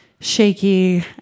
shaky